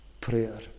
prayer